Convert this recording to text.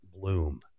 bloom